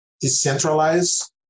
decentralized